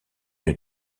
une